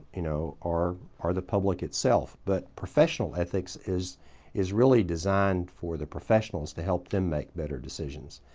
you know r r the public itself. but professional ethics is is really designed for the professionals to help them make better decisions.